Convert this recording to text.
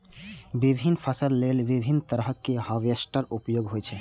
विभिन्न फसल लेल विभिन्न तरहक हार्वेस्टर उपयोग होइ छै